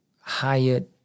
hired